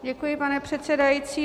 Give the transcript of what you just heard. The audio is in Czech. Děkuji, pane předsedající.